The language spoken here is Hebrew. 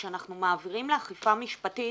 כשאנחנו מעבירים לאכיפה משפטית,